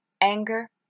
Anger